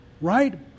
right